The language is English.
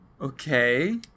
Okay